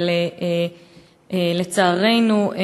אבל לצערנו,